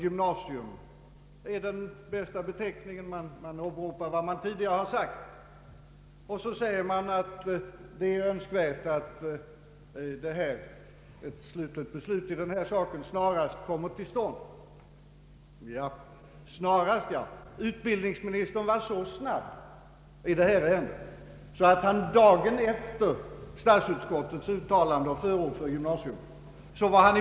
I statsutskottets utlåtande i år åberopas det tidigare utlåtandet, d.v.s. ”gymnasium” är den bästa beteckningen, och man önskar ett beslut i namnfrågan snarast. Det visar inte särskilt gott handlag att föregripa riksdagsöverläggningen — och jag förmodar även andra kommande riksdagsbeslut — genom att på detta sätt dekretera att ”gymnasiskola” skall det bli.